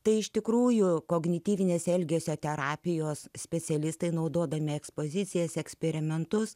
tai iš tikrųjų kognityvinės elgesio terapijos specialistai naudodami ekspozicijas eksperimentus